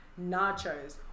nachos